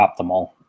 optimal